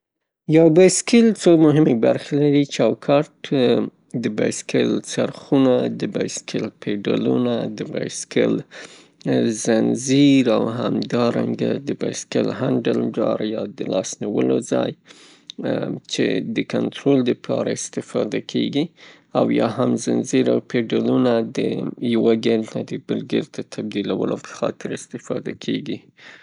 بو بایسکل څو مهمې برخې لري: چوکاټ د بایسکل څرخونه د بایسکل پایډلونه، د بایسکل زنځیر او همدارنګه د بایسکل هنډل یا د لاس نیول ځای، چه د کنترول د پاره استفاده کیږي، او یاهم زنځیر او پاډلونه د یو ګیر نه د بل ګیرته د تبدیلولو په خاطر استفاده کیږي.